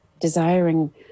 desiring